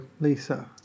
Lisa